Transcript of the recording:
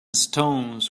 stones